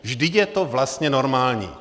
Vždyť je to vlastně normální.